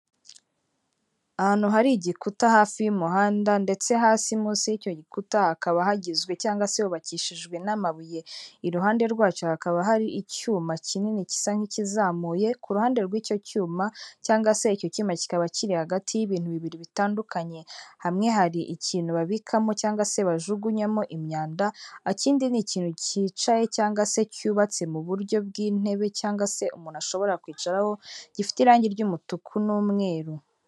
Ahantu hari igikuta hafi y'umuhanda ndetse hasi munsi y'icyo gikuta hakaba hagizwe cyangwa se yubakishijwe n'amabuye. Iruhande rwacyo hakaba hari icyuma kinini gisa nk'ikizamuye. Iruhande rw'icyo hakaba icyuma cyangwa se icyo cyuma kikaba kiri hagati y'ibintu bibiri bitandukanye hamwe hari ikintu babikamo cyangwa se bajugunyemo imyanda ikindi ni ikintu cyicaye cyangwa se cyubatse mu buryo bw'intebe cyangwa se umuntu ashobora kwicaraho gifite irangi ry'umutuku n'umweru.